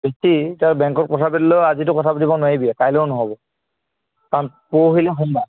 দষ্টি এতিয়া বেংকৰ লগত কথা পাতিলেও আজিতো কথা পাতিব নোৱাৰিবিয়ে কাইলৈয়ো নহ'ব চাওঁ পৰহিলৈ সোমবাৰ